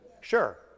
Sure